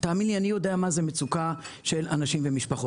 תאמין לי, אני יודע מה זה מצוקה של אנשים ומשפחות.